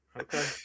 Okay